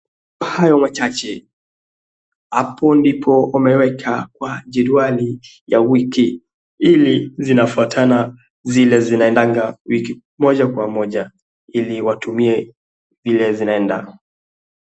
Hayo machache hapo ndipo wameeka kwa jedwali ya wiki ili zinafwatana zile zinaendanga wiki moja kwa moja ili watumie vile zinaenda.